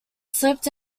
slipped